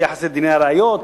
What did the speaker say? ביחס לדיני הראיות.